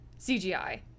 CGI